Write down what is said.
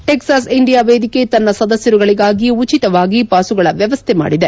Texas India ವೇದಿಕೆ ತನ್ನ ಸದಸ್ಯರುಗಳಿಗಾಗಿ ಉಚಿತವಾಗಿ ಪಾಸುಗಳ ವ್ಯವಸ್ನೆ ಮಾಡಿದೆ